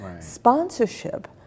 Sponsorship